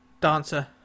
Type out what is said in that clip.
dancer